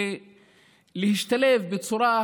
תוציא אותם